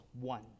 one